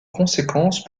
conséquences